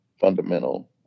fundamental